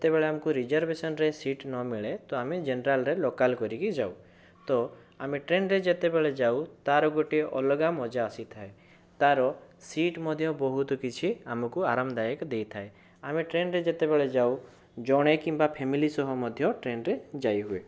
ଯେତେବେଳେ ଆମକୁ ରିଜର୍ଭେସନରେ ସିଟ୍ ନ ମିଳେ ତ ଆମେ ଜେନେରାଲରେ ଲୋକାଲ କରିକି ଯାଉ ତ ଆମେ ଟ୍ରେନରେ ଯେତେବେଳେ ଯାଉ ତା ର ଗୋଟେ ଅଲଗା ମଜା ଆସିଥାଏ ତା ର ସିଟ୍ ମଧ୍ୟ ବହୁତ କିଛି ଆମକୁ ଆରାମଦାୟକ ଦେଇଥାଏ ଆମେ ଟ୍ରେନରେ ଯେତେବେଳେ ଯାଉ ଜଣେ କିମ୍ବା ଫେମିଲି ସହ ମଧ୍ୟ ଟ୍ରେନରେ ଯାଇହୁଏ